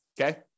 Okay